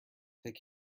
take